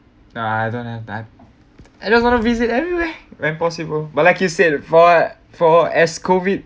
ah I don't have that I just wanna visit everywhere when possible but like you said it for for as COVID